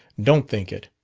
don't think it!